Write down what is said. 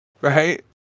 Right